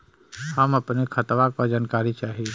हम अपने खतवा क जानकारी चाही?